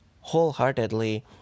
wholeheartedly